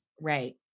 Right